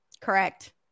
Correct